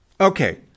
Okay